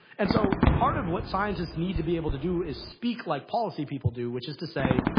and so part of what scientists need to be able to do is speak like policy people do, which is to say,